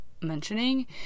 mentioning